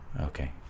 Okay